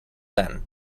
then